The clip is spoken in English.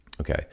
okay